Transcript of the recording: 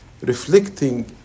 reflecting